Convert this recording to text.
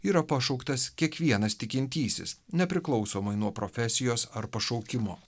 yra pašauktas kiekvienas tikintysis nepriklausomai nuo profesijos ar pašaukimo